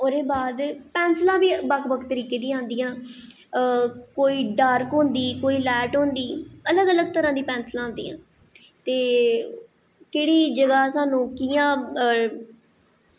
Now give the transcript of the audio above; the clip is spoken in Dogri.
ओह्दे बाद पैंसिलां बी बक्ख बक्ख तरीके दियां होंदियां ओह् कोई डार्क होंदी कोई लाईट होंदी अलग अलग तरहां दियां पैंसिलां होंदियां ते केह्ड़ी जगह सानूं कि'यां